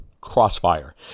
Crossfire